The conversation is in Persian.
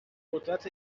قدرت